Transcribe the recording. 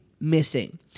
missing